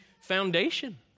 foundation